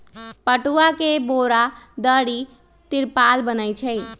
पटूआ से बोरा, दरी, तिरपाल बनै छइ